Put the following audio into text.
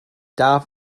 darf